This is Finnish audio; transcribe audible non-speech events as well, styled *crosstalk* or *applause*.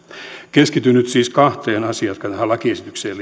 keskityn nyt siis kahteen asiaan jotka tähän lakiesitykseen *unintelligible*